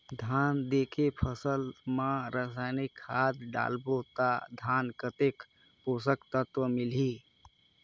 धान देंके फसल मा रसायनिक खाद डालबो ता धान कतेक पोषक तत्व मिलही?